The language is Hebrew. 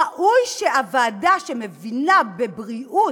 ראוי שהוועדה שמבינה בבריאות,